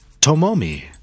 Tomomi